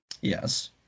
Yes